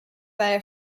via